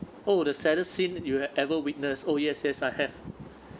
oh the saddest scene you have ever witnessed oh yes yes I have